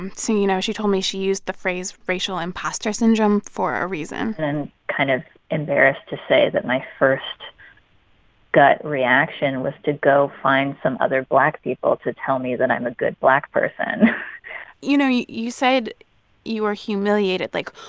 so, you know, she told me she used the phrase racial impostor syndrome for a reason and i'm kind of embarrassed to say that my first gut reaction was to go find some other black people to tell me that i'm a good black person you know, you you said you were humiliated. like,